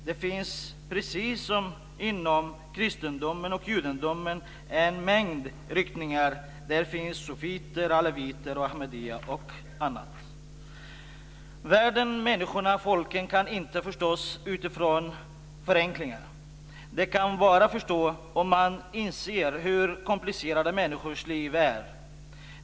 Det finns precis som inom kristendomen och judendomen en mängd riktningar: sufier, alaviter, ahamadiyya m.fl. Världen, människorna och folken kan inte förstås utifrån förenklingar. De kan bara förstås om man inser hur komplicerade människors liv är.